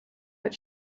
but